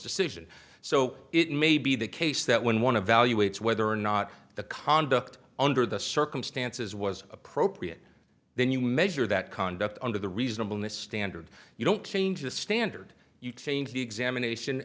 decision so it may be the case that when one of value waits whether or not the conduct under the circumstances was appropriate then you measure that conduct under the reasonableness standard you don't change the standard you change the examination